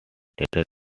theatre